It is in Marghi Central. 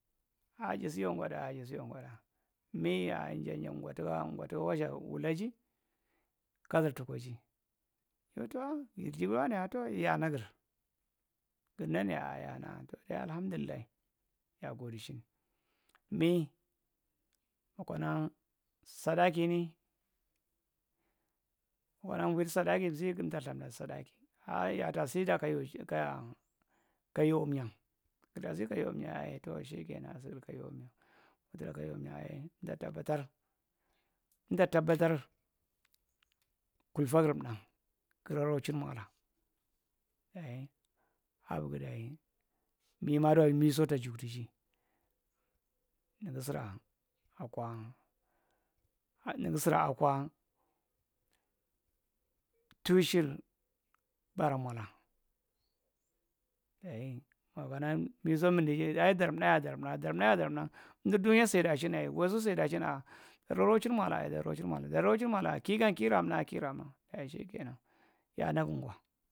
jasi yoo ngo’tda’ya jasi yoo ngwa’tda mi aa inja’inja ngotuka ngotuka watza ku- wulaji kadar tukoji yo to a;’a yi wulaji kadar tukoji yo to a;a waanae ya nagir gunan’ya aa yaa’na’a to dayi alahamdullai yaa gode’chin mi mokonaa sadaakini mokona uvir saddaki nzi emta ithamda saddaki aa yata sidiyaa kayaa ka’yor mya girta si ka yo mya tow shikkena asigir kayow mmya emmta tabbatar emta tabattar kulfa gir’mna daye aviri dayi mima duwae miso tajugdiji siraa akwa nigi sira akwa tushir baramola deyi makana miso mindiji dayi dar’mnaya dar’mta dar’mnaya dar’mtna emdir dunyan seda chin ai waiso saedachin aa dara rochin mola dara rochin kigan ki raa’mtna dayi shikena yaa’nag gwa.